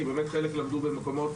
כי חלק באמת למדו במקומות